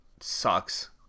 sucks